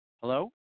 Hello